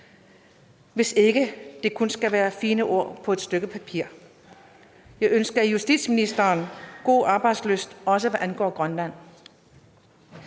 hvis ikke det kun skal være fine ord på et stykke papir. Jeg ønsker justitsministeren god arbejdslyst, også hvad angår Grønland.